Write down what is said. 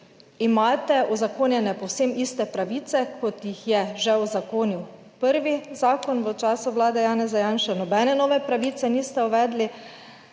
imate uzakonjene povsem iste pravice, kot jih je že uzakonil prvi zakon v času Vlade Janeza Janše, nobene nove pravice niste uvedli,